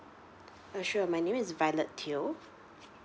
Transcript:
uh sure my name is violet teo